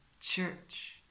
church